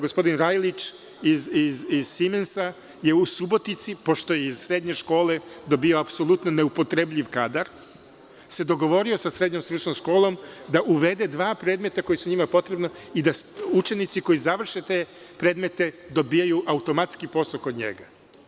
Gospodin Rajlić iz „Simensa“ je u Subotici, pošto je iz srednje škole dobijao apsolutno neupotrebljiv kadar, dogovorio sa srednjom stručnom školom da uvede dva predmeta koji su njima potrebna i da učenici koji završe te predmete dobijaju automatski posao kod njega.